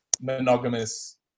monogamous